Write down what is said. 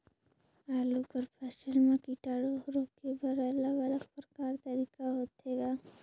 आलू कर फसल म कीटाणु रोके बर अलग अलग प्रकार तरीका होथे ग?